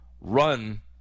run